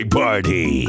party